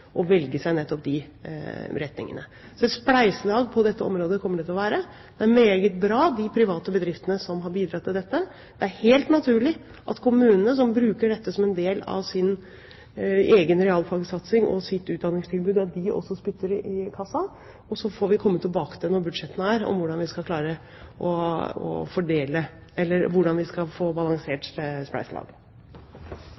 seg nettopp de retningene. Så spleiselag på dette området kommer det til å være – det er meget bra med de private bedriftene som har bidratt til dette. Det er helt naturlig at kommunene som bruker dette som en del av sin egen realfagssatsing og sitt utdanningstilbud, også spytter i kassa. Så får vi komme tilbake til, når budsjettene behandles, hvordan vi skal balansere spleiselaget. Det er mange fordeler med å